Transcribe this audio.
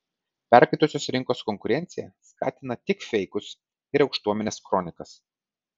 perkaitusios rinkos konkurencija skatina tik feikus ir aukštuomenės kronikas